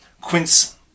quince